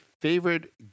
favorite